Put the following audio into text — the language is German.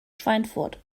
schweinfurt